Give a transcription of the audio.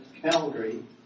Calgary